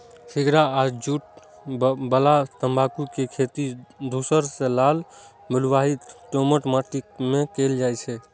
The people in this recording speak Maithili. सिगार आ चुरूट बला तंबाकू के खेती धूसर सं लाल बलुआही दोमट माटि मे कैल जाइ छै